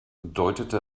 deutete